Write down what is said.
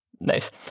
Nice